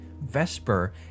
vesper